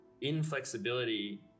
inflexibility